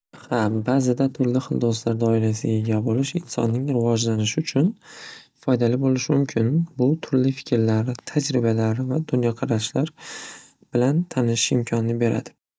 Xa ba'zida turli hil do'stlar doirasiga ega bo'lish insonning rivojlanishi uchun foydali bo'lishi mumkin. Bu turli fikrlar, tajribalar va dunyoqarashlar bilan tanishish imkonini beradi.